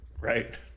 right